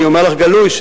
אני אומר לךְ בגלוי,